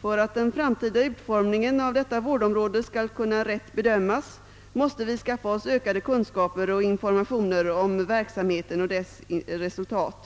För att den framtida utform ningen av detta vårdområde skall kunna rätt bedömas måste vi skaffa oss ökade kunskaper och informationer om verksamheten och dess resultat.